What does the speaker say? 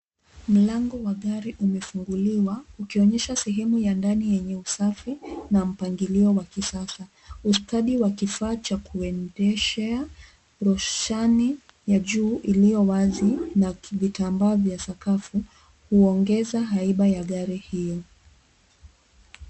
Mlango wa gari umefunguliwa, ukionyesha sehemu ya ndani yenye usafi, na mpangilio wa kisasa. Ustadi wa kifaa cha kuendeshea, rushani, juu iliyo wazi, na vitambaa vya sakafu, huongeza aina ya gari hiyo.